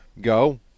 Go